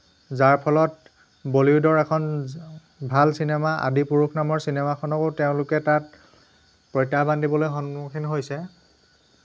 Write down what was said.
যাৰ ফলত বলিউডৰ এখন ভাল চিনেমা আদিপুৰুষ নামৰ চিনেমাখনকো তেওঁলোকে তাত প্ৰত্যাহবান দিবলৈ সন্মুখীন হৈছে